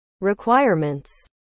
requirements